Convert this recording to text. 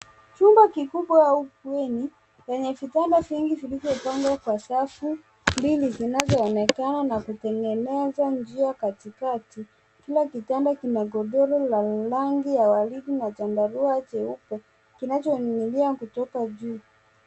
Chumba kikubwa au bweni lenye vitanda vingi vilivyopangwa kwa safu mbili zinazoonekana na kutengeneza njia katikati. Kila kitanda kina godoro la rangi ya waridi na chandarua cheupe kinachoning'inia kutoka juu.